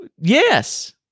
yes